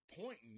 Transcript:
pointing